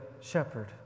shepherd